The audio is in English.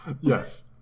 Yes